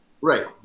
Right